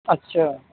اچھا